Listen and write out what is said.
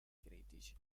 critici